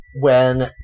when-